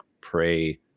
pray